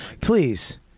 Please